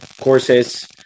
courses